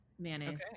Mayonnaise